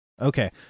Okay